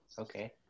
Okay